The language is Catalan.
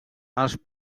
els